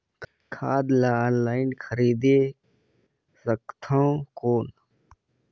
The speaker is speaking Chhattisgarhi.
खाद ला ऑनलाइन खरीदे सकथव कौन?